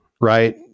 right